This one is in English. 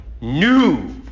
new